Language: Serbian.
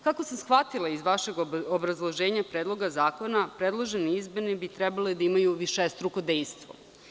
Kako sam shvatila iz vašeg obrazloženja Predloga zakona, predložene izmene bi trebale da imaju višestruko dejstvo.